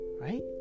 right